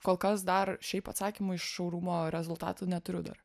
kol kas dar šiaip atsakymų iš šourumo rezultatų neturiu dar